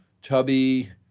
chubby